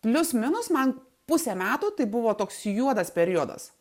plius minus man pusę metų tai buvo toks juodas periodas